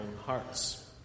hearts